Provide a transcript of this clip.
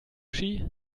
ski